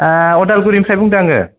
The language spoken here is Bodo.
अदालगुरिनिफ्राय बुंदों आङो